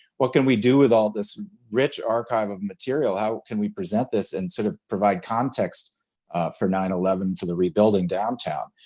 what can we do with all this rich archive of material? how can we present this and sort of provide context for nine eleven, for the rebuilding downtown.